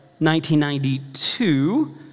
1992